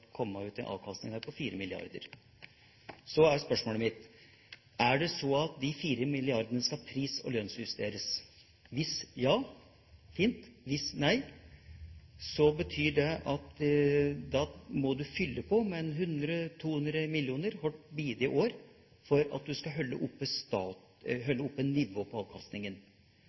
komme ut en avkastning på 4 mrd. kr. Så er spørsmålet mitt: Skal disse 4. mrd. kr pris- og lønnsjusteres? Hvis ja, så er det fint, hvis nei, så betyr det at en må fylle på med 100–200 mill. kr hvert bidige år for